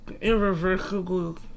irreversible